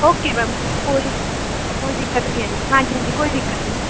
okay ma'am ਕੋਈ ਕੋਈ ਦਿੱਕਤ ਨਹੀਂ ਆ ਜੀ ਹਾਂਜੀ ਹਾਂਜੀ ਕੋਈ ਦਿੱਕਤ ਨਹੀਂ